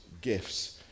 gifts